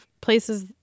places